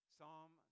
Psalm